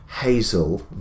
hazel